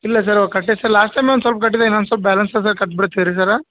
ಇಲ್ಲ ಸರ್ ಅವ್ರು ಕಟ್ಟಿದೆ ಸರ್ ಲಾಸ್ಟ್ ಟೈಮೇ ಒಂದು ಸ್ವಲ್ಪ್ ಕಟ್ಟಿದೆ ಇನ್ನೊಂದು ಸ್ವಲ್ಪ್ ಬ್ಯಾಲೆನ್ಸ್ ಅದ ಕಟ್ಟಿ ಬಿಡ್ತೀರಿ ಸರ್